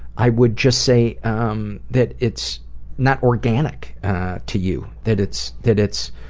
i would just say um that it's not organic to you, that it's that it's